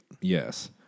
yes